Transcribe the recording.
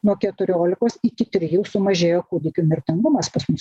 nuo keturiolikos iki trijų sumažėjo kūdikių mirtingumas pas mus